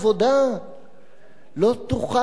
לא תוכל לתמוך בחוק הזה.